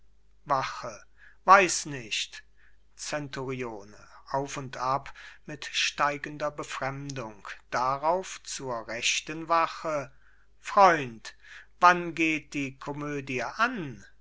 wache weiß nicht zenturione auf und ab mit steigender befremdung darauf zur rechten wache freund wann geht die komödie an